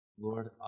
Lord